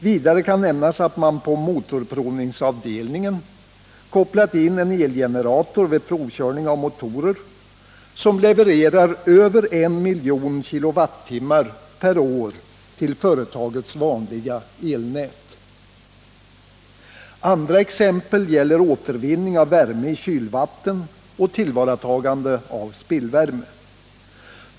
Vidare kan nämnas att man på motorprovningsavdelningen kopplat in en elgenerator vid provkörning av motorer, som levererar över 1 miljon kWh per år till företagets vanliga elnät. Andra exempel gäller återvinning av värme i kylvatten och tillvaratagande av spillvärme.